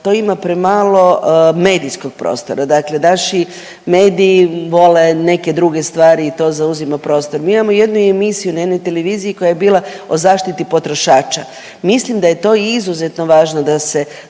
to ima premalo medijskog prostora. Dakle naši mediji vole neke druge stvari i to zauzima prostor. Mi imamo jednu emisiju na jednoj televiziji koja je bila o zaštiti potrošača, mislim da je to izuzetno važno da ljudi